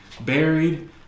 buried